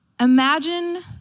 Imagine